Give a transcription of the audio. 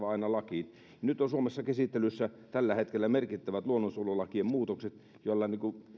aina lakiin nyt ovat suomessa käsittelyssä tällä hetkellä merkittävät luonnonsuojelulakien muutokset joilla